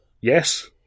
Yes